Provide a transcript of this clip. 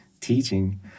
teaching